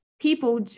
people